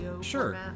sure